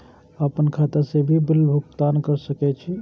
आपन खाता से भी बिल भुगतान कर सके छी?